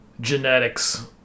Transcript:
genetics